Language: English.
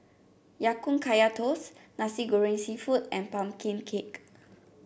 Ya Kun Kaya Toast Nasi Goreng seafood and pumpkin cake